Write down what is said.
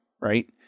Right